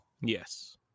Yes